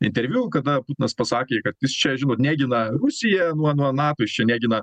interviu kada na putinas pasakė kad jis čia žinot negina rusija nuo nato jis čia negina